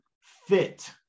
fit